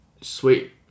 sweet